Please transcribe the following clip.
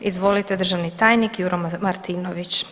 Izvolite, državni tajnik Juro Martinović.